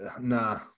Nah